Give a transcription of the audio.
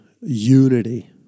unity